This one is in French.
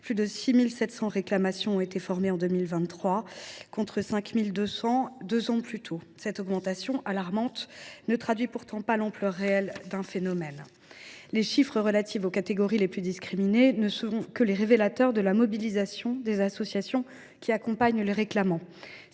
plus de 6 700 réclamations ont été formées en 2023, contre 5 200 deux ans plus tôt – encore cette augmentation alarmante ne traduit elle pas toute l’ampleur réelle du phénomène. Les chiffres relatifs aux catégories les plus discriminées ne sont que les révélateurs de la mobilisation des associations qui accompagnent les réclamants.